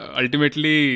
ultimately